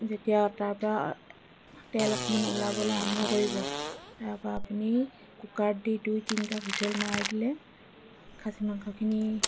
যেতিয়া তাৰপৰা তেল অকণমান ওলাবলৈ আৰম্ভ কৰিব তাৰপৰা আপুনি কুকাৰত দি দুই তিনিটা হুইচেল মৰাই দিলে খাছী মাংসখিনি